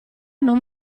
non